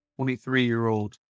23-year-old